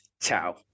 Ciao